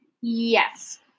Yes